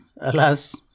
Alas